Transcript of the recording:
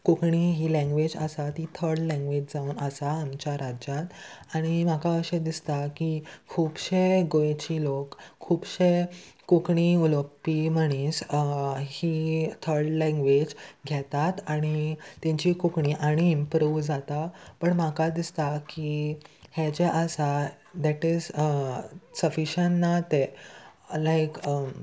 कोंकणी ही लँग्वेज आसा ती थर्ड लँग्वेज जावन आसा आमच्या राज्यांत आनी म्हाका अशें दिसता की खुबशे गोंयचे लोक खुबशे कोंकणी उलोवपी मणीस ही थर्ड लँग्वेज घेतात आनी तेंची कोंकणी आणी इम्प्रूव जाता पण म्हाका दिसता की हे जे आसा देट इज सफिशंट ना ते लायक